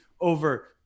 over